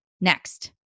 Next